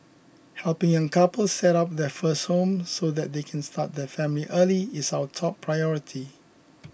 helping young couples set up their first home so that they can start their family early is our top priority